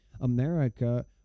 america